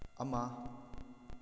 ꯑꯃ